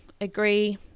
agree